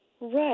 Right